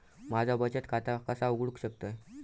म्या बचत खाता कसा उघडू शकतय?